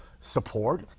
support